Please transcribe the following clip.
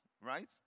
right